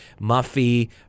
Muffy